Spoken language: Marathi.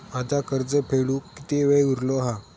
माझा कर्ज फेडुक किती वेळ उरलो हा?